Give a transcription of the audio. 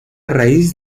raíz